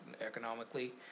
economically